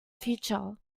future